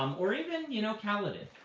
um or even you know kaladin,